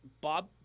Bob